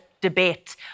debate